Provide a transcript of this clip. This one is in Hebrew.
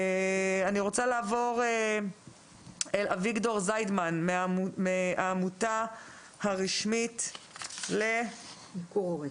אני רוצה לעבור אל אביגדור זידמן מהעמותה הרשמית לניכור הורי.